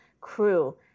crew